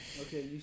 Okay